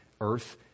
earth